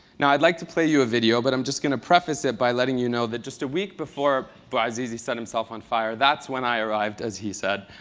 now i'd like to play you a video, but i'm just going to preface it by letting you know that just a week before bouazizi set himself on fire, that's when i arrived, as he said,